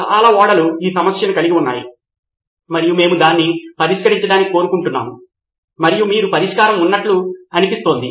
కాబట్టి వాస్తవానికి విద్యార్థులను గుర్తించడం మరియు విద్యావంతులను చేయడం వలన నిజానికి ఇతర విద్యార్థులు కూడా ఉపాధ్యాయుల నోట్స్ల వేగముతో సమానము కావడానికి సహాయపడుతుంది